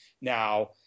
Now